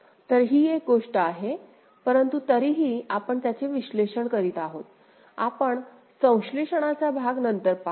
तर ही एक गोष्ट आहे परंतु तरीही आपण त्याचे विश्लेषण करीत आहोत आपण संश्लेषणाचा भाग नंतर पाहू